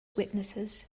witnesses